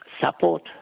support